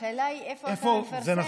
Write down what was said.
השאלה היא איפה אתה מפרסם, זה העניין.